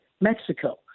Mexico